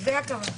זו הכוונה.